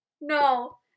No